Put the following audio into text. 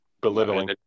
belittling